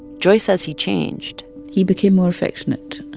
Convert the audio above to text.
joy says he changed he became more affectionate,